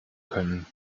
können